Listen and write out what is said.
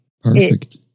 Perfect